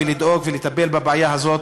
ולדאוג ולטפל בבעיה הזאת,